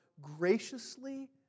graciously